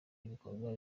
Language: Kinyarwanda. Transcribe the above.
ibikorwa